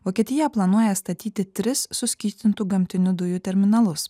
vokietija planuoja statyti tris suskystintų gamtinių dujų terminalus